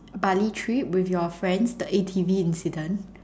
Bali trip with your friends the A_T_V incident